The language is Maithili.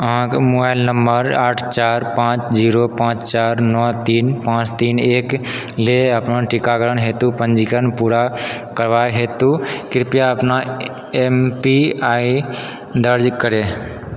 अहाँकेँ मोबाइल नंबर आठ चार पाँच जीरो पाँच चार नओ तीन पाँच तीन एक लेल अपन टीकाकरणक हेतु पञ्जीकरण पूरा करबाक हेतु कृपया अपन एम पी आइ दर्ज करे